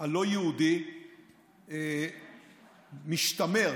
הלא-יהודי משתמר,